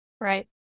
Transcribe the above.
right